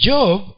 Job